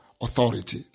authority